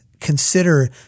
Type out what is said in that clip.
consider